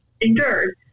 endured